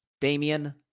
Damian